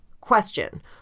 Question